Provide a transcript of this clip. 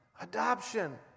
adoption